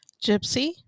Gypsy